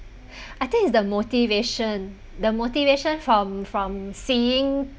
I think it's the motivation the motivation from from seeing